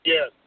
Yes